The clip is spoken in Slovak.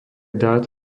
dát